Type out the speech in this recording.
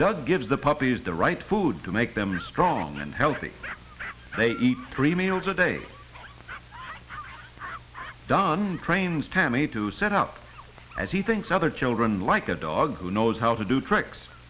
doug gives the puppies the right food to make them strong and healthy they eat three meals a day done trains tammie to set out as he thinks other children like a dog who knows how to do tricks